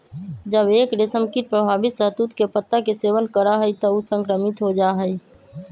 जब एक रेशमकीट प्रभावित शहतूत के पत्ता के सेवन करा हई त ऊ संक्रमित हो जा हई